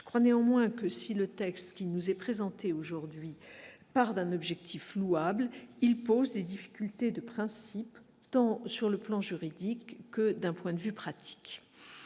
je crois néanmoins que, si le texte qui nous est présentée aujourd'hui par d'un objectif louable, il pose des difficultés de principe, tant sur le plan juridique que d'un point de vue pratique